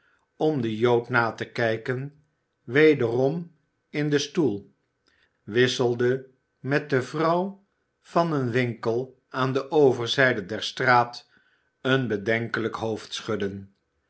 om den jood na te kijken wederom in den stoel wisselde met de vrouw van een winkel aan de overzijde der straat een bedenkelijk